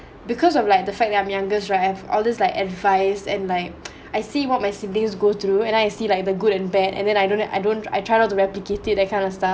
because of like the fact that I'm youngest right I have all these like advice and like I see what my siblings go through and I see like the good and bad and then I don't I don't I try to replicate it that kind of stuff